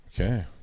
Okay